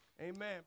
Amen